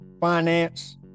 finance